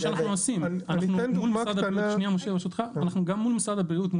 אנחנו גם מול משרד הבריאות.